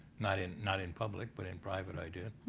not in not in public, but in private i did.